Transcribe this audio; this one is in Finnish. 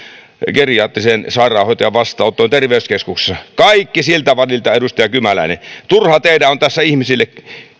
geriatriseen sairaanhoitoon ja vastaanottoon terveyskeskuksessa kaikki siltä väliltä edustaja kymäläinen turha teidän on tässä ihmisille